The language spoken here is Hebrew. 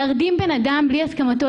להרדים בן אדם בלי הסכמתו,